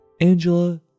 Angela